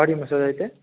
body massage అయితే